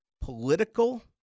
political